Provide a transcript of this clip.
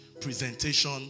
presentation